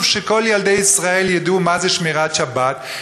שכל ילדי ישראל ידעו מה זה שמירת שבת,